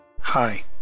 Hi